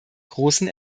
großen